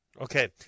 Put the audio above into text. Okay